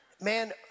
Man